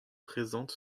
présente